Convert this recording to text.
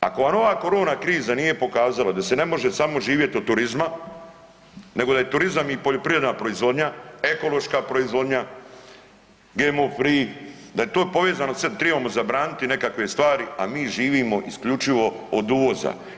Ako vam ova korona kriza nije pokazala da se ne može samo živjeti od turizma nego da je turizam i poljoprivredna proizvodnja, ekološka proizvodnja, GMO free da je to povezano, sve tribamo zabraniti nekakve stvari, a mi živimo isključivo od uvoza.